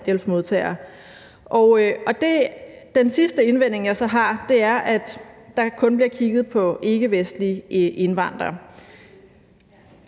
kontanthjælpsmodtagere. Den sidste indvending, jeg så har, er, at der kun bliver kigget på ikkevestlige indvandrere.